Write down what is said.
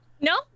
no